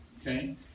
okay